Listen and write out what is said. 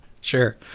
Sure